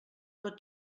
però